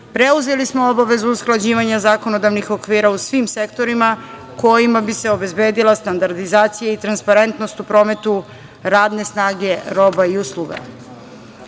preuzeli smo obavezu usklađivanja zakonodavnih okvira u svim sektorima kojima bi se obezbedila standardizacija i transparentnost u prometu radne snage, roba i usluga.U